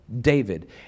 David